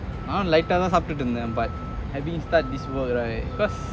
நானும்:nanum light ah தான் சாப்புட்டுட்டு இருந்தேன்:thaan saputtutu irunthen but having start this work right cause